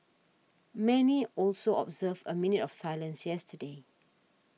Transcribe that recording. many also observed a minute of silence yesterday